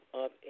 up